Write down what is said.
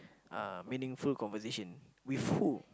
uh meaningful conversation with who